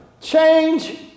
change